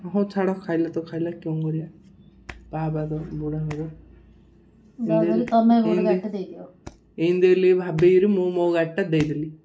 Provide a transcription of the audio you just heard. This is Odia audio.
ହଁ ଛାଡ଼ ଖାଇଲେ ତ ଖାଇଲା କ'ଣ କରିବ ବୁଢ଼ା ଲୋକ ଏମିତି ଦେଲି ଭାବିକରି ମୁଁ ମୋ ଗାଡ଼ିଟା ଦେଇ ଦେଲି